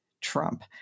Trump